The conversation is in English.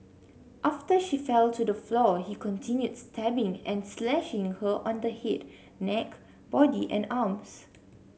after she fell to the floor he continued stabbing and slashing her on the head neck body and arms